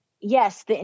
yes